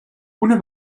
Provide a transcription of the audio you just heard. una